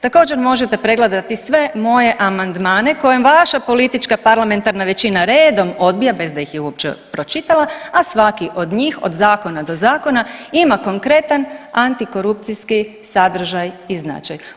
Također možete pregledati sve moje amandmane koje vaša politička parlamentarna većina redom odbija, bez da ih je uopće pročitala, a svaki od njih od zakona do zakona ima konkretan antikorupcijski sadržaj i značaj.